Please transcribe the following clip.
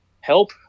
help